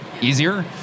easier